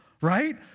right